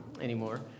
anymore